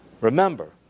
Remember